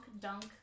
Dunk